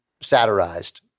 satirized